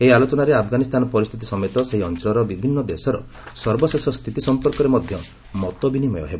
ଏହି ଆଲୋଚନାରେ ଆଫଗାନିସ୍ତାନ ପରିସ୍ଥିତି ସମେତ ସେହି ଅଞ୍ଚଳର ବିଭିନ୍ନ ଦେଶର ସର୍ବଶେଷ ସ୍ଥିତି ସମ୍ପର୍କରେ ମଧ୍ୟ ମତ ବିନିମୟ ହେବ